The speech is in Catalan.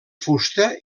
fusta